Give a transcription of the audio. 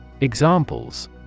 Examples